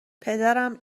پدرم